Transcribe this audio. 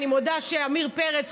אני מודה שעמיר פרץ,